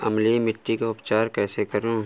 अम्लीय मिट्टी का उपचार कैसे करूँ?